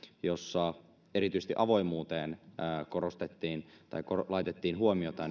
jossa erityisesti avoimuuteen laitettiin huomiota